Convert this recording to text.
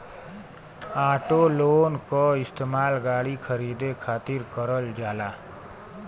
auto loan क इस्तेमाल गाड़ी खरीदे खातिर करल जाला